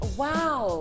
wow